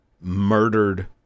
murdered